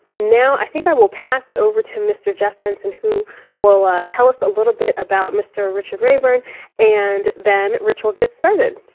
now i think i will pass it over to mr. jeff and who will ah tell us a little bit about mr. richard rayburn and then rich will get started.